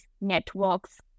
networks